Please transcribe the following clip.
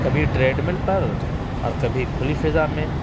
کبھی treadmill پر اور کبھی کھلی فضا میں